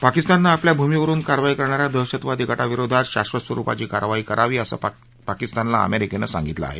पाकिस्ताननं आपल्या भूमीवरुन कारवाई करणाऱ्या दहशतवादी गटांविरोधात शाक्षत स्वरुपाची कारवाई करावी असं अमेरिकेनं पाकिस्तानला सांगितलं आहे